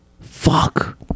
Fuck